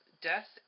death